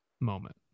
moment